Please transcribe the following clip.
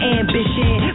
ambition